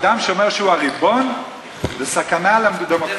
אדם שאומר שהוא הריבון, זו סכנה לדמוקרטיה.